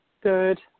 Good